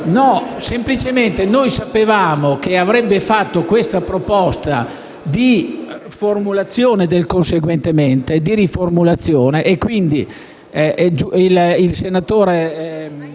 No, semplicemente noi sapevamo che avrebbe fatto questa proposta di riformulazione del «Conseguentemente (...)» e quindi il senatore